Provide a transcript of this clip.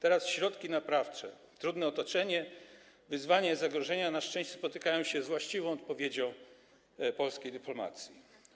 Jeśli chodzi o środki naprawcze, to trudne otoczenie, wyzwania, zagrożenia na szczęście spotykają się z właściwą odpowiedzią polskiej dyplomacji.